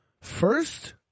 First